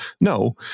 No